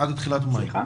עד תחילת מאי.